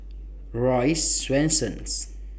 Royce Swensens